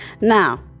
now